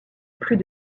plus